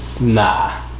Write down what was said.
Nah